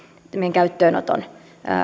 käyttöönoton